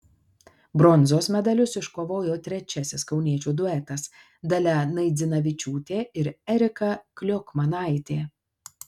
bronzos medalius iškovojo trečiasis kauniečių duetas dalia naidzinavičiūtė ir erika kliokmanaitė